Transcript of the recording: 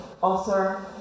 author